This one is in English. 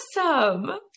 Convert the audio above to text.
awesome